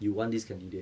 you want this candidate